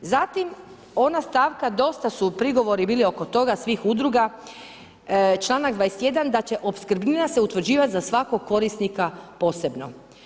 Zatim ona stavka dosta su prigovori bili oko toga svih udruga, članak 21. da će opskrbnina se utvrđivati za svakog korisnika posebno.